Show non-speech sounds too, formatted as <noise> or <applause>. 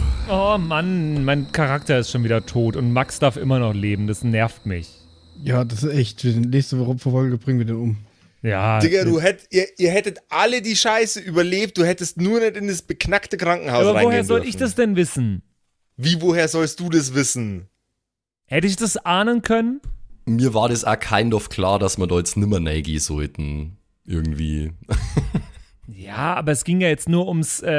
Oh Mann, mein Charakter ist schon wieder tot und Max darf immer noch leben, das nervt mich. Ja, das ist echt, wir sind nächste Woche- Folge bringen wir den um. Ja, Digga, jetzt- du hätt- ihr- ihr hättet alle die Scheiße überlebt, du hättest nur nicht in das beknackte Krankenhaus Aber woher reingehen soll ich dürfen. das denn wissen? Wie, woher sollst du das wissen? Hätte ich das ahnen können? Mir war das auch kind of klar, dass wir da jetzt nimmer neigehen sollten, irgendwie. <laughs> Ja, aber es ging ja jetzt nur ums, äh,